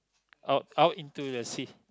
out out in to the sea